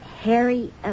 Harry